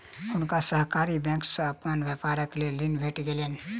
हुनका सहकारी बैंक से अपन व्यापारक लेल ऋण भेट गेलैन